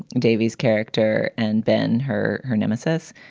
davy's character and ben hur, her nemesis,